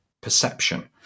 perception